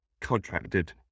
contracted